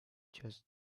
just